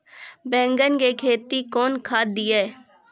बैंगन की खेती मैं कौन खाद दिए?